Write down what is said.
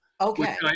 Okay